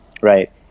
right